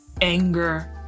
anger